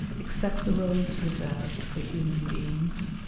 except the roads reserved for human beings.